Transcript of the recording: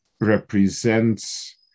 represents